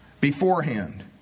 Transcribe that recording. beforehand